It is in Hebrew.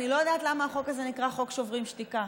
אני לא יודעת למה החוק הזה נקרא "חוק שוברים שתיקה".